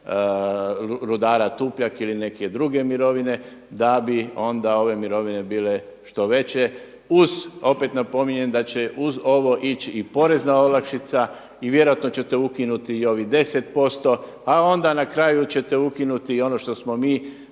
rudara Tupljak ili neke druge mirovine da bi onda ove mirovine bile što veće uz opet napominjem da će uz ovo ići i porezna olakšica i vjerojatno ćete ukinuti i ovih 10% a onda na kraju ćete ukinuti i ono što smo mi